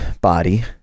body